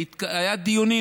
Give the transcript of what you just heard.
היו דיונים,